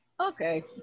Okay